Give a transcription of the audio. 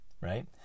right